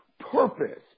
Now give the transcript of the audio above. purpose